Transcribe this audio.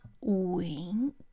wink